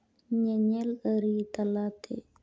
ᱧᱮᱧᱮᱞ ᱟᱹᱨᱤ ᱛᱟᱞᱟᱛᱮ